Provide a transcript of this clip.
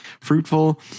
fruitful